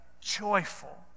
joyful